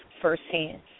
firsthand